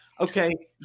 okay